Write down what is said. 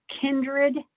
kindred